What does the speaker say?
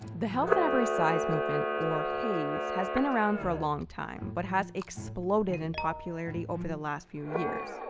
the health at every size movement, or haes, has been around for a long time, but has exploded in popularity over the last few years,